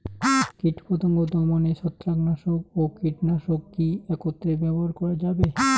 কীটপতঙ্গ দমনে ছত্রাকনাশক ও কীটনাশক কী একত্রে ব্যবহার করা যাবে?